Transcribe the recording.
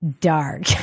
dark